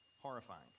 horrifying